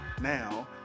now